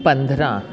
पंद्रहं